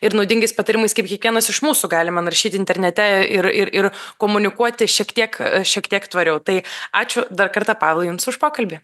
ir naudingais patarimais kaip kiekvienas iš mūsų galima naršyti internete ir ir ir komunikuoti šiek tiek šiek tiek tvariau tai ačiū dar kartą pavelai jums už pokalbį